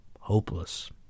hopeless